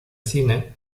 cine